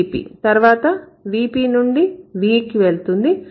ఆ తర్వాత VP నుండి V కి వెళ్తుంది